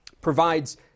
provides